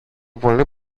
πολλή